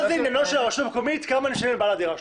מה זה עניינה של הרשות המקומית כמה אני משלם לבעל הדירה?